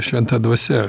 šventa dvasia